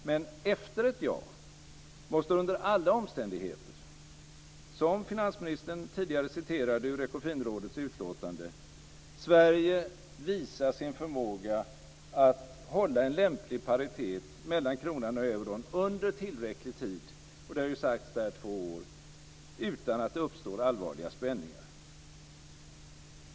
Men efter ett ja måste under alla omständigheter - som finansministern tidigare citerade ur Ekonfinrådets utlåtande - Sverige visa sin förmåga att hålla en lämplig paritet mellan kronan och euron under tillräcklig tid - det har sagts två år - utan att det uppstår allvarliga spänningar.